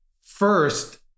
first